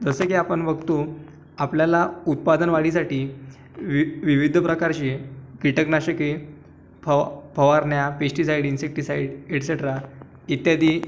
जसे की आपण बघतो आपल्याला उत्पादनवाढीसाठी वि विविध प्रकारचे कीटकनाशके फवा फवारण्या पेस्टीसाईड इंसेक्टीसाईड एटसेट्रा इत्यादी